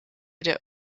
der